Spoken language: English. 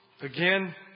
again